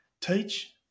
Teach